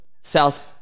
South